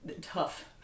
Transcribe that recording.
tough